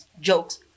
jokes